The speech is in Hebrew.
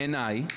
בעיניי,